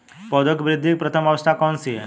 पौधों की वृद्धि की प्रथम अवस्था कौन सी है?